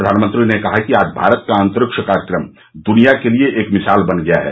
प्रधानमंत्री ने कहा कि आज भारत का अंतरिक्ष कार्यक्रम दुनिया के लिए एक मिसाल बन गया है